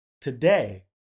today